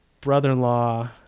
brother-in-law